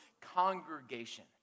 congregation